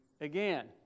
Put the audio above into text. again